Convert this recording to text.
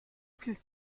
viel